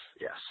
Yes